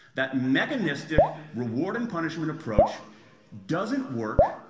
that mechanistic, reward-and-punishment approach doesn't work,